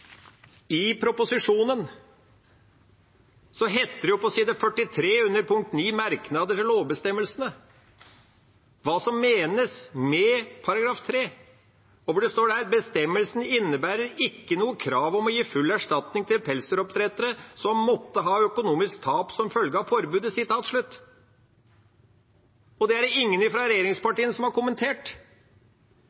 i proposisjonen står det på side 43, i kapittel 9, «Merknader til lovbestemmelsene», hva som menes med § 3: «Bestemmelsen innebærer ikke noe krav om å gi full erstatning til pelsdyroppdrettere som måtte ha økonomisk tap som følge av forbudet.» Det er det ingen